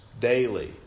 daily